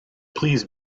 please